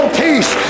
peace